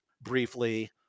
briefly